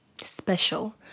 special